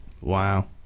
Wow